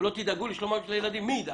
ולא תדאגו לשלומם של הילדים, מי ידאג?